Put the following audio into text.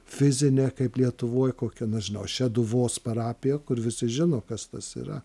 fizinė kaip lietuvoj kokia nežinau šeduvos parapija kur visi žino kas tas yra